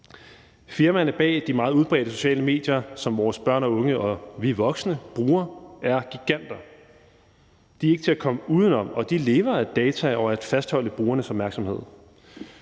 Firmaerne bag de meget udbredte sociale medier, som vores børn og unge og vi voksne bruger, er giganter. De er ikke til at komme uden om, og de lever af data og af at fastholde brugernes opmærksomhed.